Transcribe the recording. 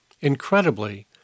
Incredibly